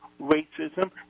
racism